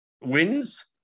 wins